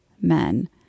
men